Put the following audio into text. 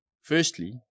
firstly